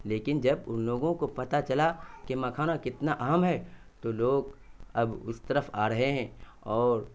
لیکن جب ان لوگوں کو پتا چلا کہ مکھانا کتنا اہم ہے تو لوگ اب اس طرف آ رہے ہیں اور